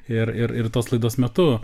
ir ir ir tos laidos metu